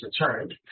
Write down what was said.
returned